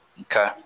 Okay